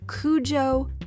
Cujo